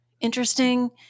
interesting